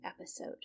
episode